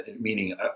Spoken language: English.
meaning